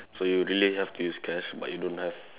so you really have to use cash but you don't have